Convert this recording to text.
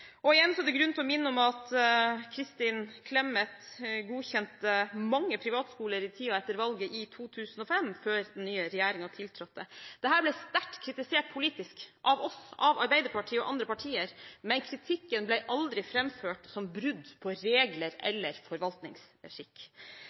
praksisen? Igjen er det grunn til å minne om at Kristin Clemet godkjente mange privatskoler i tiden etter valget i 2005, før den nye regjeringen tiltrådte. Dette ble sterkt kritisert politisk av oss, Arbeiderpartiet og andre partier, men kritikken som ble framført, rommet aldri anklager om brudd på regler